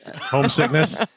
Homesickness